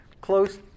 close